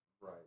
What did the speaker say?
Right